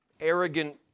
arrogant